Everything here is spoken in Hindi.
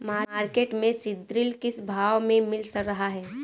मार्केट में सीद्रिल किस भाव में मिल रहा है?